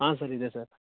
ಹಾಂ ಸರ್ ಇದೆ ಸರ್